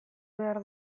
behar